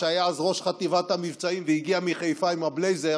שהיה אז ראש חטיבת המבצעים והגיע מחיפה עם הבלייזר,